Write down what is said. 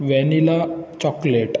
vanilla chocolate